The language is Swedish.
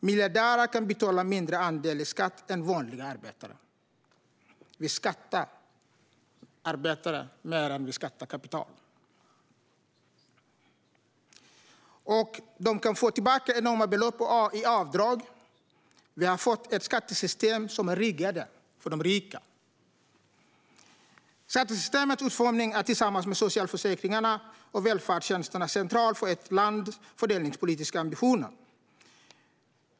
Miljardärer kan betala mindre andel i skatt än vanliga arbetare - vi beskattar arbetare mer än vi beskattar kapital - och de kan få tillbaka enorma belopp i avdrag. Vi har fått ett skattesystem som är riggat för de rika. Skattesystemets utformning är, tillsammans med socialförsäkringarna och välfärdstjänsterna, central för ett lands fördelningspolitiska ambitioner.